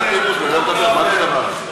קצת נימוס.